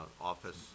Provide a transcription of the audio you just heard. office